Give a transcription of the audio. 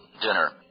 dinner